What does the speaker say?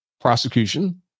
prosecution